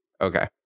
Okay